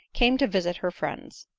came to visit her friends.